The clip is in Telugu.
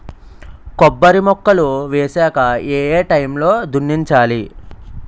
కొబ్బరి మొక్కలు వేసాక ఏ ఏ టైమ్ లో దున్నించాలి?